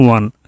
One